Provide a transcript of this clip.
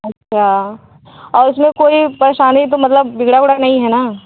अच्छा और उस में कोई परेशानी तो मतलब बिगड़ा हुआ नहीं है ना